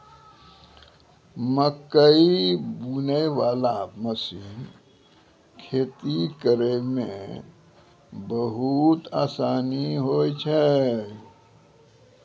मकैइ बुनै बाला मशीन खेती करै मे बहुत आसानी होय छै